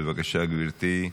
בבקשה, גברתי,